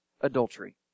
adultery